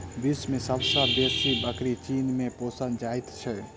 विश्व मे सब सॅ बेसी बकरी चीन मे पोसल जाइत छै